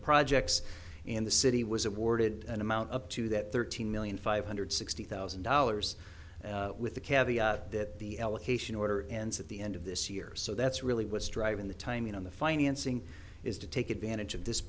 projects in the city was awarded an amount up to that thirteen million five hundred sixty thousand dollars with the caveat that the allocation order ends at the end of this year so that's really what's driving the timing on the financing is to take advantage of this